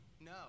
No